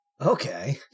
okay